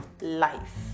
life